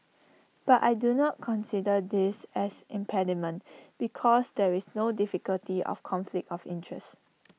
but I do not consider this as impediment because there is no difficulty of conflict of interest